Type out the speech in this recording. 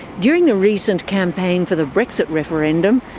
during the recent campaign for the brexit referendum,